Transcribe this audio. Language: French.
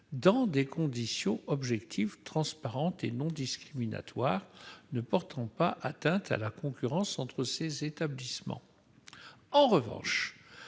dans des conditions objectives, transparentes et non discriminatoires, ne portant pas atteinte à la concurrence entre ces établissements ». En revanche,